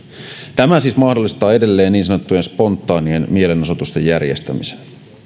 tämä siis mahdollistaa edelleen niin sanottujen spontaanien mielenosoitusten järjestämisen